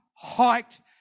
hiked